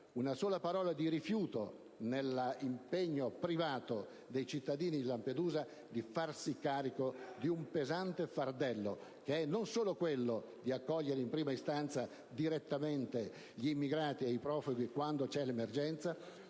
una sola parola di rifiuto, nell'impegno privato dei cittadini di Lampedusa, di farsi carico di un pesante fardello, che non è solo quello di accogliere in prima istanza direttamente gli immigrati e i profughi quando c'è l'emergenza,